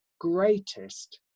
greatest